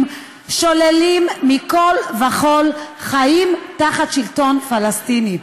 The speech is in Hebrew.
שוללים מכול וכול חיים תחת שלטון פלסטיני.